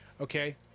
Okay